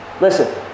Listen